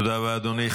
תודה רבה, אדוני.